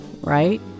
right